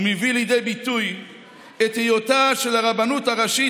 הוא מביא לידי ביטוי את היותה של הרבנות הראשית